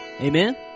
Amen